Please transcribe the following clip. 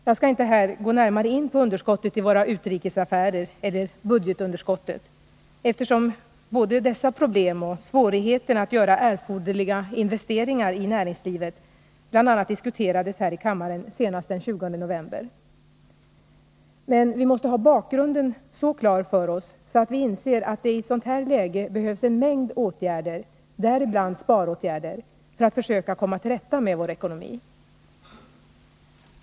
Jag skall inte här gå närmare in på underskottet i våra utrikesaffärer eller budgetunderskottet, eftersom både dessa problem och svårigheterna att göra erforderliga investeringar i näringslivet diskuterades här i kammaren senast den 20 november. Men vi måste ha bakgrunden så klar för oss att vi inser att det i ett sådant här läge behövs en mängd åtgärder — däribland sparåtgärder — för att vi skall kunna komma till rätta med vår ekonomi.